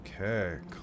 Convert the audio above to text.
Okay